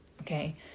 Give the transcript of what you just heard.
Okay